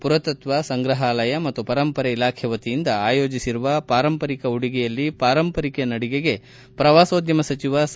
ಪುರಾತತ್ವ ಸಂಗ್ರಹಾಲಯ ಮತ್ತು ಪರಂಪರೆ ಇಲಾಖೆ ವತಿಯಿಂದ ಆಯೋಜಿಸಿರುವ ಪಾರಂಪರಿಕ ಉಡುಗೆಯಲ್ಲಿ ಪಾರಂಪರಿಕ ನಡಿಗೆಗೆ ಪ್ರವಾಸೋದ್ಯಮ ಸಚಿವ ಸಾ